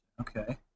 Okay